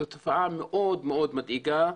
זו תופעה מאוד מדאיגה,